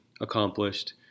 accomplished